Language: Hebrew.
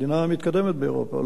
מדינה מתקדמת באירופה.